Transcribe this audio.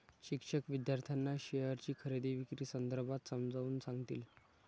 शिक्षक विद्यार्थ्यांना शेअरची खरेदी विक्री संदर्भात समजावून सांगतील